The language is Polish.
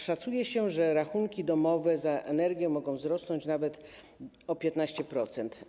Szacuje się, że rachunki domowe za energię mogą wzrosnąć nawet o 15%.